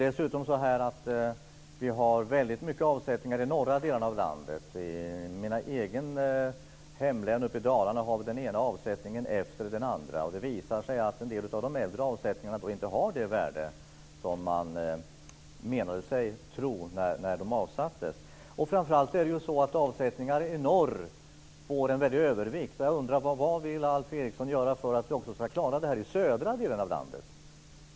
Dessutom har vi väldigt mycket avsättningar i norra delarna av landet. I mitt eget hemlän, Dalarna, har vi den ena avsättningen efter den andra. Det visar sig att en del av de äldre avsättningarna inte fick det värde som man trodde att de skulle få när de gjordes. Framför allt får avsättningar i norr en väldig övervikt. Jag undrar: Vad vill Alf Eriksson göra för att vi också ska klara det här i den södra delen av landet?